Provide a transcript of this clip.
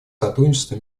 сотрудничество